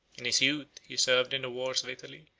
in his youth he served in the wars of italy,